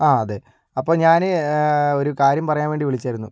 ആ അതെ അപ്പോൾ ഞാൻ ഒരു കാര്യം പറയാൻ വേണ്ടി വിളിച്ചതായിരുന്നു